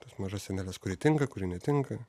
tas mažas sieneles kuri tinka kuri netinka